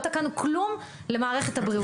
לא תקענו כלום למערכת הבריאות.